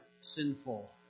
sinful